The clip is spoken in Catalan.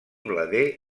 blader